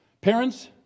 Parents